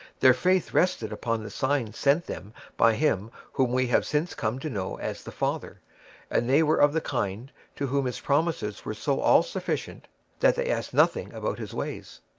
their faith rested upon the signs sent them by him whom we have since come to know as the father and they were of the kind to whom his promises were so all-sufficient that they asked nothing about his ways.